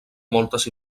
moltes